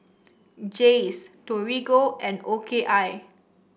Jays Torigo and O K I